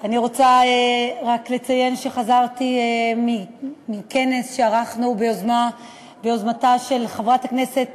רוצה רק לציין שחזרתי מכנס שערכנו ביוזמתה של חברת הכנסת